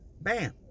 Bam